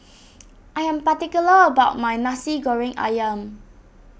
I am particular about my Nasi Goreng Ayam